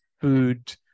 food